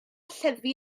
lleddfu